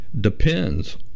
depends